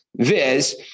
Viz